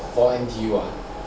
for N_D_U ah